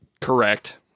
Correct